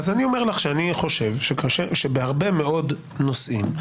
אני אומר לך שאני חושב שבהרבה מאוד נושאים,